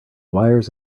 wires